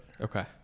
Okay